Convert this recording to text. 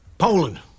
Poland